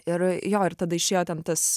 ir jo ir tada išėjo ten tas